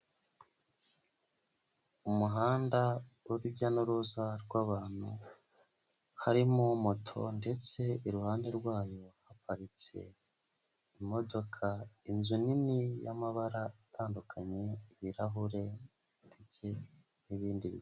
Umuhanda w'urujya n'uruza rw'abantu harimo moto ndetse iruhande rwayo haparitse imodoka inzu nini y'amabara atandukanye ibirahure ndetse n'ibindi bintu.